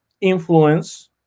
influence